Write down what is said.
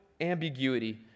ambiguity